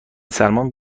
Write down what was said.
سلمان